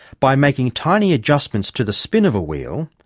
by making tiny adjustments to the spin of a wheel,